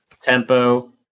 tempo